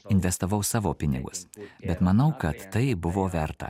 investavau savo pinigus bet manau kad tai buvo verta